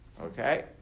Okay